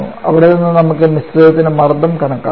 അവിടെ നിന്ന് നമുക്ക് മിശ്രിതത്തിന്റെ മർദ്ദം കണക്കാക്കാം